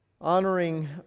Honoring